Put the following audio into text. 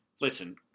listen